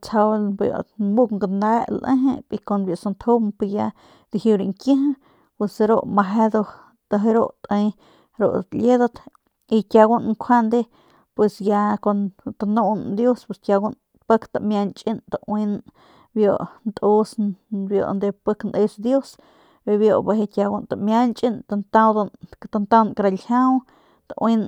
Tsjau mung gane lejep y kun biu santjump dijiu rañkiji pus ru meje ru te rudat liedat y kiaugun njuande pus ya kumu tanun dius pik tamianchan tauin biu ntus pik neus dius bijiy biu bijiy kiauguan tamianchan tantaudan tantaun kara ljiau tauin